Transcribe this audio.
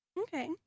Okay